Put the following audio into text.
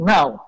Now